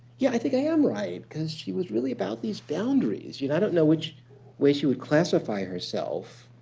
yeah, i think i am right. because she was really about these boundaries. you know i don't know which way she would classify herself.